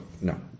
No